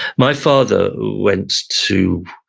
my father went to,